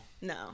No